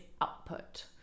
output